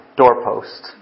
doorpost